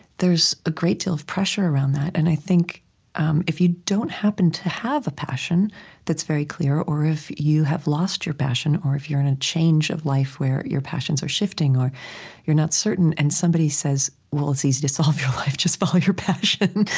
there's a great deal of pressure around that. and i think um if you don't happen to have a passion that's very clear, or if you have lost your passion, or if you're in a change of life where your passions are shifting, or you're not certain, and somebody says, well, it's easy to solve your life. just follow your passion,